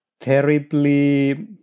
terribly